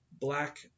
black